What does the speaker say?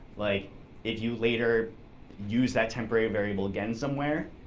like if you later use that temporary variable again somewhere,